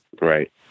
Right